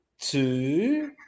two